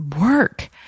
work